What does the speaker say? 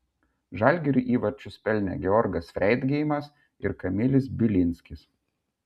žalgiriui įvarčius pelnė georgas freidgeimas ir kamilis bilinskis